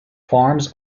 farms